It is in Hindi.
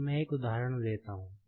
अब मैं एक उदाहरण लेता हूं